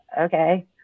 okay